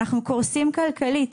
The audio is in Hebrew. אנחנו קורסים כלכלית.